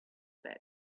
about